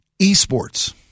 Esports